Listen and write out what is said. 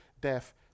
death